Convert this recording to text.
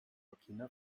burkina